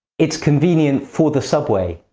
it's convenient for the subway,